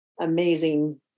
amazing